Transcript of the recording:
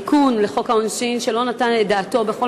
אני קובע שהתיקון של חוק העונשין של חברת הכנסת עליזה לביא אושר,